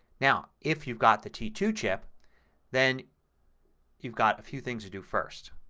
now if you've got the t two chip then you've got a few things to do first.